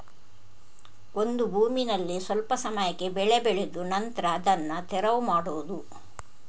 ಒಂದು ಭೂಮಿನಲ್ಲಿ ಸ್ವಲ್ಪ ಸಮಯಕ್ಕೆ ಬೆಳೆ ಬೆಳೆದು ನಂತ್ರ ಅದನ್ನ ತೆರವು ಮಾಡುದು